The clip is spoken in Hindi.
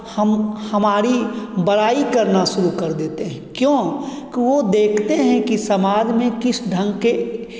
हम हमारी बड़ाई करना शुरू कर देते हैं क्यों कि वो देखते हैं कि समाज में किस ढंग के